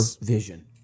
vision